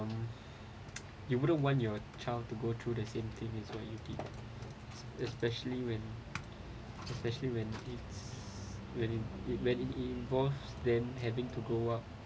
um you wouldn't want your child to go through the same things as what you did especially when especially when it's when it when it involves then having to grow up